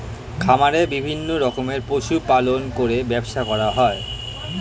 খামারে বিভিন্ন রকমের পশু পালন করে ব্যবসা করা হয়